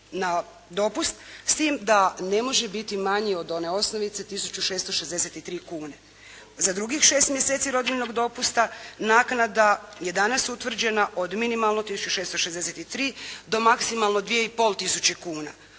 na dopust, s tim da ne može biti manji od one osnovice tisuću 663 kune. Za drugih šest mjeseci rodiljnog dopusta naknada je danas utvrđena od minimalno tisuću 663 do maksimalno 2,5 tisuće